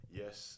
yes